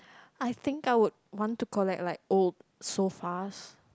I think I would want to collect like old sofas